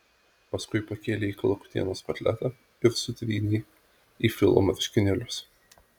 paskui pakėlei kalakutienos kotletą ir sutrynei į filo marškinėlius